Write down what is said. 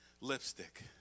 Lipstick